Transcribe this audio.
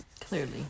Clearly